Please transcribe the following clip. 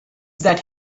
that